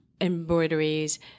embroideries